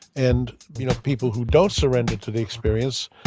and you know people who don't surrender to the experience,